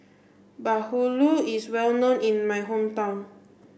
Bahulu is well known in my hometown